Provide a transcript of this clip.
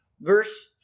verse